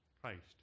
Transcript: Christ